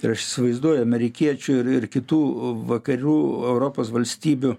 ir aš įsivaizduoju amerikiečių ir ir kitų vakarų europos valstybių